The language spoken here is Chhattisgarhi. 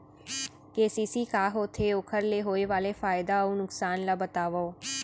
के.सी.सी का होथे, ओखर ले होय वाले फायदा अऊ नुकसान ला बतावव?